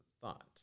thought